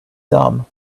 gum